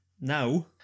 Now